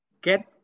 get